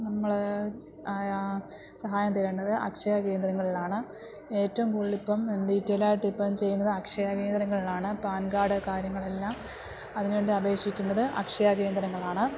നമ്മള് സഹായം തേടേണ്ടത് അക്ഷയ കേന്ദ്രങ്ങളിലാണ് ഏറ്റവും കൂടുതലിപ്പോള് ഡിറ്റെയ്ലായിട്ടിപ്പോള് ചെയ്യുന്നത് അക്ഷയ കേന്ദ്രങ്ങളിലാണ് പാൻ കാർഡ് കാര്യങ്ങളെല്ലാം അതിനുവേണ്ടി അപേക്ഷിക്കുന്നത് അക്ഷയ കേന്ദ്രങ്ങളാണ്